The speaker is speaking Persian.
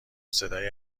صدای